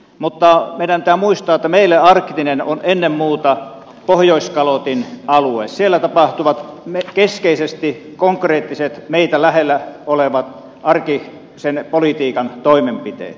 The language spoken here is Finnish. mutta meidän pitää muistaa että meille arktinen on ennen muuta pohjoiskalotin alue siellä tapahtuvat keskeisesti konkreettiset meitä lähellä olevat arkisen politiikan toimenpiteet